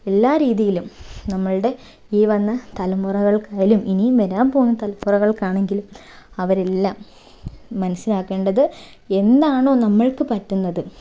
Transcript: എല്ലാ രീതിയിലും നമ്മുടെ ഈ വന്ന തലമുറകൾക്കായാലും ഇനിയും വരാൻ പോകുന്ന തലമുറകൾക്കാണെങ്കിലും അവരെല്ലാം മനസ്സിലാക്കേണ്ടത് എന്താണോ നമുക്ക് പറ്റുന്നത്